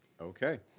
Okay